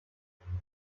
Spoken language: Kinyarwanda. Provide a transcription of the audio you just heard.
asanzwe